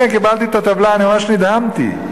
קיבלתי את הטבלה וממש נדהמתי.